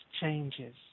changes